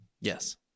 Yes